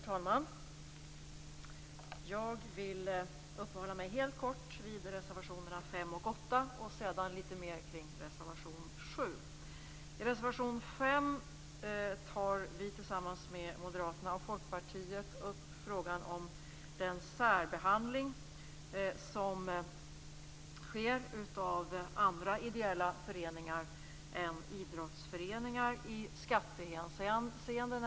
Herr talman! Jag vill uppehålla mig helt kort vid reservationerna 5 och 8. Sedan vill jag säga litet mer om reservation 7. I reservation 5 tar vi tillsammans med Moderaterna och Folkpartiet upp frågan om den särbehandling som sker av andra ideella föreningar än idrottsföreningar i skattehänseende.